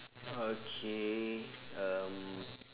okay um